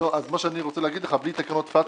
אז מה שאני רוצה להגיד לך שבלי תקנות פטקא,